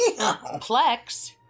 Plex